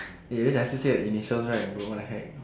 eh I just said your initials right bro what the heck